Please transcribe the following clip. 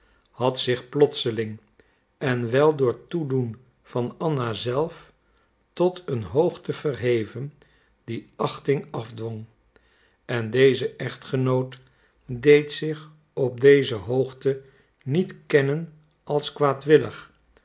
had zich plotseling en wel door toedoen van anna zelf tot een hoogte verheven die achting afdwong en deze echtgenoot deed zich op deze hoogte niet kennen als